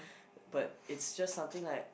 but it's just something like